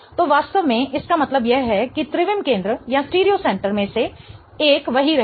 तो वास्तव में इसका मतलब यह है कि त्रिविम केंद्र में से एक वही रहेगा